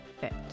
fit